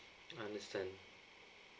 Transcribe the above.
I understand